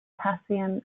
potassium